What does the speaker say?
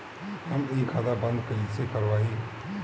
हम इ खाता बंद कइसे करवाई?